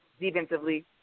defensively